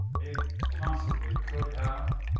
it possibly could have,